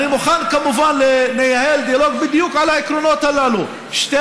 אני מוכן כמובן לנהל דיאלוג בדיוק על העקרונות הללו: שתי